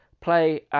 play